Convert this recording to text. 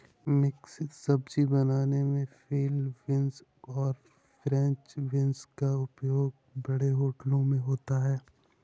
मिश्रित सब्जी बनाने में फील्ड बींस और फ्रेंच बींस का उपयोग बड़े होटलों में होता है